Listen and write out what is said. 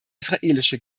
israelische